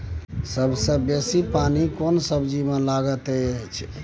सबसे बेसी पानी केना सब्जी मे लागैत अछि?